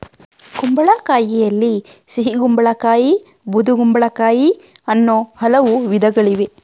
ಕುಂಬಳಕಾಯಿಯಲ್ಲಿ ಸಿಹಿಗುಂಬಳ ಕಾಯಿ ಬೂದುಗುಂಬಳಕಾಯಿ ಅನ್ನೂ ಹಲವು ವಿಧಗಳಿವೆ